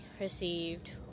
received